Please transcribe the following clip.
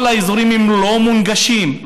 כל האזורים, לא מונגשים.